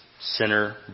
sinner